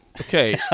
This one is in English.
Okay